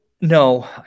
No